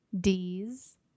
D's